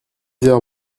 heures